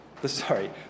Sorry